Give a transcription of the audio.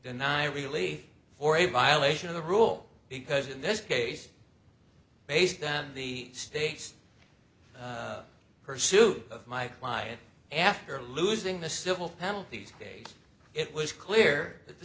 deny really or a violation of the rule because in this case based on the state's pursuit of my client after losing the civil penalties case it was clear th